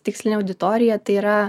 tikslinę auditoriją tai yra